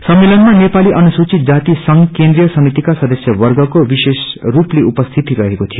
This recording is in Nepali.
सम्मेलनमा नेपाली अनुसूचित जाति संघ केन्द्रिय समितिका सदस्यवर्गको विशेष स्पले उपस्थिति रहेको थियो